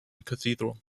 cathedral